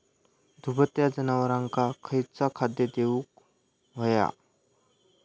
दुभत्या जनावरांका खयचा खाद्य देऊक व्हया?